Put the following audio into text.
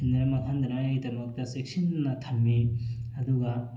ꯃꯐꯝ ꯀꯗꯥꯏꯗ ꯂꯣꯠꯀꯦꯔꯥ ꯆꯦꯛꯁꯤꯟꯅ ꯊꯝꯃꯤ ꯑꯗꯨꯒ